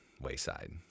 wayside